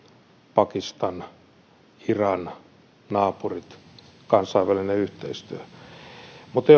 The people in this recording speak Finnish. pakistan iran naapurit kansainvälinen yhteistyö mutta